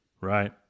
Right